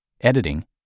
editing